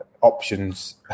options